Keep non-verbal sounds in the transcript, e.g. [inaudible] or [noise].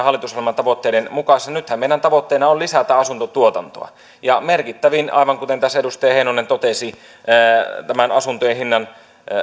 [unintelligible] hallitusohjelman tavoitteiden mukaisena toimenpiteenä nythän meidän tavoitteenamme on lisätä asuntotuotantoa merkittävin aivan kuten tässä edustaja heinonen totesi asuntojen hinnan